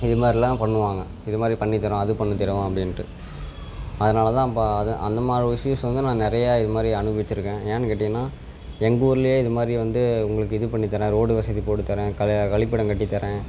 இது மாதிரிலாம் பண்ணுவாங்கள் இது மாதிரி பண்ணித் தரறேன் அது பண்ணித் தருவோம் அப்பிடின்ட்டு அதனால தான் இப்போ அதுவும் அந்த மாதிரி இஷ்யூஸ் வந்து நான் நிறைய இது மாதிரி அனுபவிச்சுருக்கேன் ஏன்னு கேட்டீங்கன்னால் எங்கள் ஊர்லேயே இது மாதிரி வந்து உங்களுக்கு இது பண்ணித் தரறேன் ரோடு வசதி போட்டுத் தரறேன் க கழிப்பிடம் கட்டித் தரறேன்